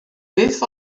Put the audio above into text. beth